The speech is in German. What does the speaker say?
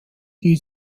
die